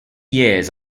years